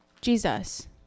Jesus